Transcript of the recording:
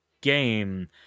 game